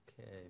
Okay